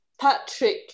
Patrick